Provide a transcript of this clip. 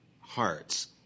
hearts